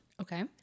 Okay